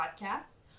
podcasts